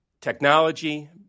Technology